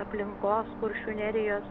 aplinkos kuršių nerijos